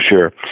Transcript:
Sure